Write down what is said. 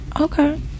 Okay